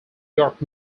york